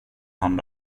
hand